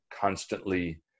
constantly